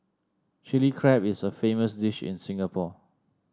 Chilli Crab is a famous dish in Singapore